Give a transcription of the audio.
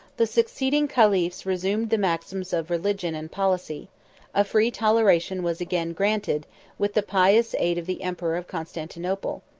the succeeding caliphs resumed the maxims of religion and policy a free toleration was again granted with the pious aid of the emperor of constantinople,